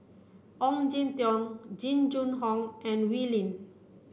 Ong Jin Teong Jing Jun Hong and Wee Lin